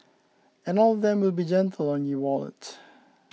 and all of them will be gentle on your wallet